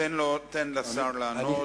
תן לשר לענות.